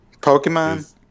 Pokemon